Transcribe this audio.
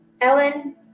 Ellen